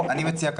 אני מציע,